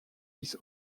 his